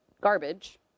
garbage